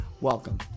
welcome